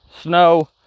snow